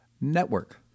Network